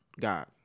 God